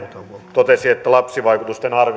totesi että lapsivaikutusten